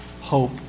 hope